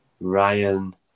Ryan